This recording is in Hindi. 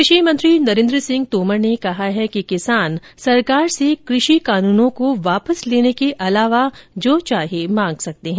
कृषि मंत्री नरेन्द्र सिंह तोमर ने कहा है कि किसान सरकार से कृषि कानूनों को वापस लेने के अलावा जो चाहे मांग सकते हैं